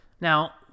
now